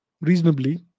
reasonably